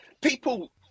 People